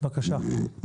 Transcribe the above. בבקשה.